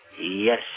Yes